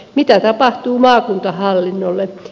mitä tapahtuu maakuntahallinnolle